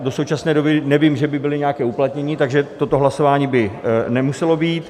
Do současné doby nevím, že by byly nějaké uplatněny, takže toto hlasování by nemuselo být.